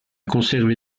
conservé